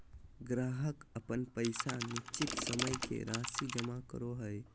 ग्राहक अपन पैसा निश्चित समय के राशि जमा करो हइ